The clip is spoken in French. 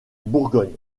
bourgogne